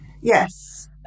Yes